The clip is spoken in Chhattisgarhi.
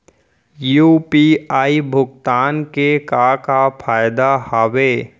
यू.पी.आई भुगतान के का का फायदा हावे?